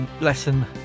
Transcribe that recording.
lesson